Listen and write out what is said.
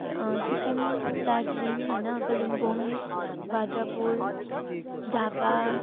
सिक्किम दार्जिलिङ होइन कालिम्पोङ भाद्रपुर झापा